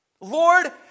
Lord